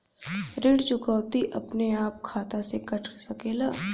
ऋण चुकौती अपने आप खाता से कट सकेला?